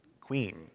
queen